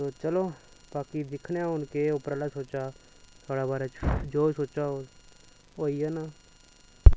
ते चलो बाकी दिक्खने आं हुन केह् उप्पर आह्ला सोचा दा साढ़े बारे च जो सोचा दा होग होई जाना